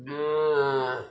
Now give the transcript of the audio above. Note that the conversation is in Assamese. এই